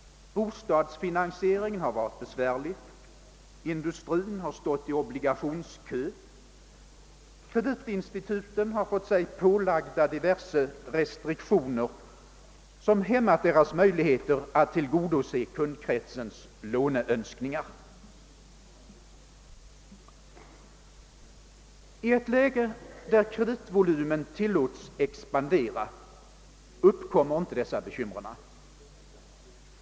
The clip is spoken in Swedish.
Bostadsfinansieringen har varit besvärlig, industrierna har stått i obligationskö och kreditinstituten har fått sig pålagda diverse restriktioner som hämmat deras möjligheter att tillgodose kundkretsens låneönskningar. I ett läge där kreditvolymen tillåtes expandera uppkommer inte dessa bekymmer.